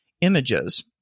images